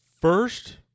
first